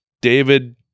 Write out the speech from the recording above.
David